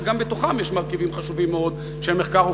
וגם בתוכם יש מרכיבים חשובים מאוד של מחקר ופיתוח,